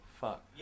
fuck